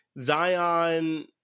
Zion